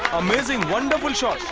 amazing. wonderful and shot.